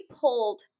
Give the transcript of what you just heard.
pulled